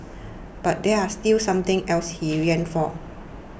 but there was still something else he yearned for